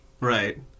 Right